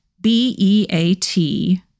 B-E-A-T